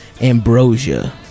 Ambrosia